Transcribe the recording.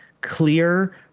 clear